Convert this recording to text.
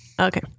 Okay